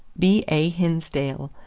b a. hinsdale,